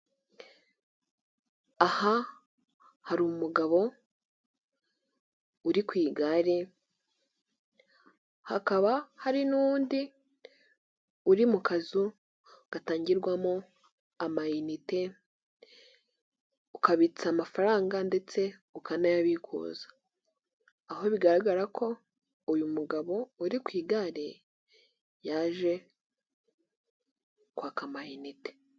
Aha hari umugabo uri ku igare hakaba hari n'undi uri mu kazu gatangirwamo ama inite ukabitsa amafaranga ndetse ukanayabikuza aho bigaragara ko uyu mugabo uri ku igare yaje kwaka amayinite.